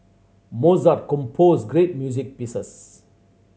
Mozart composed great music pieces